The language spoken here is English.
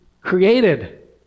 created